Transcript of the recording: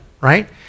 right